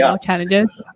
challenges